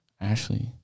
Ashley